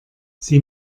sie